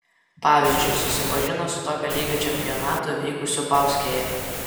pavyzdžiui susipažino su tokio lygio čempionatu vykusiu bauskėje